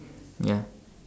ya